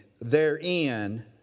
therein